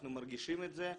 אנחנו מרגישים את זה.